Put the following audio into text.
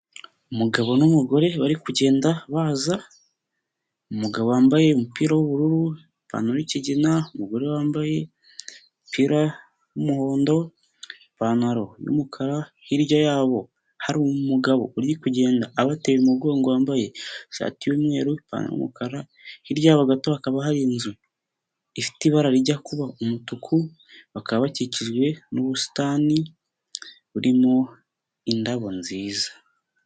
Umugabo n'umugore bari kugenda baza, umugabo wambaye umupira w'ubururu, ipantaro y'ikigina, umugore wambaye umupira w'umuhondo, ipantaro y'umukara, hirya yabo hakaba hari umugabo uri kugenda abateye umugongo wambaye ishati y'umweru ipantaro y'umukara, hirya yao gato hakaba hari inzu ifite ibara rijya kuba umutuku bakaba bakikijwe n'ubusitani burimo indabo nziza.